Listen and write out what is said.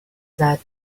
that